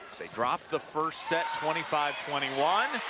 they drop the first set twenty five twenty one